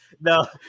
No